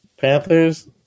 Panthers